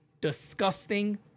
disgusting